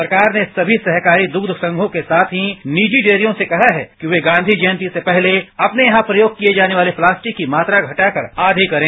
सरकार ने सभी सहकारी दुग्ध संघों के साथ ही निजी डेयरियों से कहा है कि वे गांधी जयंती से पहले अपने यहां प्रयोग किए जाने वाले प्लास्टिक की मात्रा घटाकर आधी करें